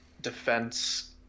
defense